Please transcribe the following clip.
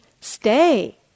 stay